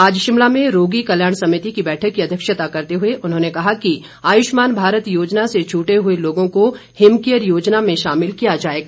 आज शिमला में रोगी कल्याण समिति की बैठक की अध्यक्षता करते हुए उन्होंने कहा कि आयुष्मान भारत योजना से छूटे हुए लोगों को हिमकेयर योजना में शामिल किया जाएगा